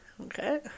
Okay